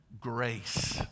grace